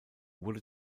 wurde